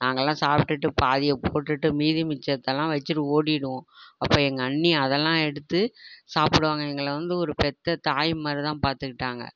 நாங்கள்லாம் சாப்பிட்டுட்டு பாதியை போட்டுட்டு மீதி மிச்சத்தைலாம் வெச்சிட்டு ஓடிடுவோம் அப்போ எங்கள் அண்ணி அதல்லாம் எடுத்து சாப்பிடுவாங்க எங்களை வந்து ஒரு பெற்ற தாய் மாதிரிதான் பார்த்துக்கிட்டாங்க